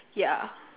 ya